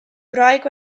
wraig